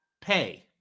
pay